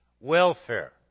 welfare